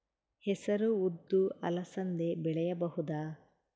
ಹೆಸರು ಉದ್ದು ಅಲಸಂದೆ ಬೆಳೆಯಬಹುದಾ?